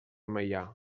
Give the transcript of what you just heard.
meià